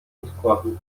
rozkładu